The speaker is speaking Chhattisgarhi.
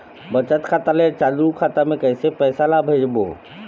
बचत खाता ले चालू खाता मे कैसे पैसा ला भेजबो?